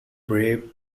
brave